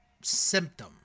symptom